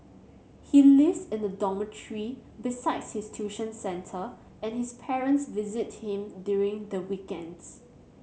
he lives in a dormitory besides his tuition centre and his parents visit him during the weekends